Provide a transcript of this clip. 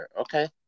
okay